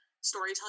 storytelling